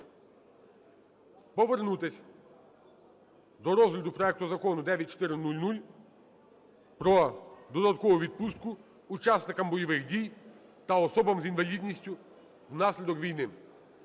повернутись до розгляду проекту Закону 9400 про додаткову відпустку учасникам бойових дій та особам з інвалідністю внаслідок війни.